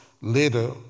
later